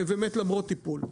ומת למרות טיפול.